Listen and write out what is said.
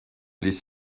les